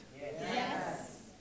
Yes